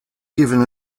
given